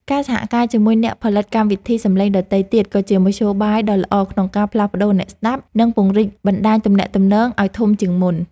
ការសហការជាមួយអ្នកផលិតកម្មវិធីសំឡេងដទៃទៀតក៏ជាមធ្យោបាយដ៏ល្អក្នុងការផ្លាស់ប្តូរអ្នកស្តាប់ និងពង្រីកបណ្តាញទំនាក់ទំនងឱ្យធំជាងមុន។